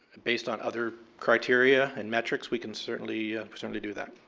based on other criteria and metrics, we can certainly certainly do that.